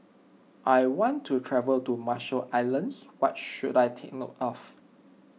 I want to travel to Marshall Islands what should I take note of